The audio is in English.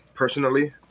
Personally